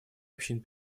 общин